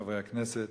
חברי הכנסת,